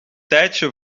tijdje